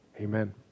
amen